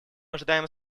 ожидаем